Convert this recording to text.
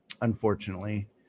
unfortunately